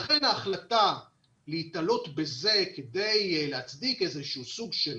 לכן ההחלטה להיתלות בזה כדי להצדיק איזשהו סוג של